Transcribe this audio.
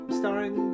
starring